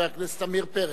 חבר הכנסת עמיר פרץ.